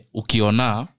ukiona